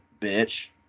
bitch